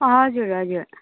हजुर हजुर